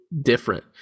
different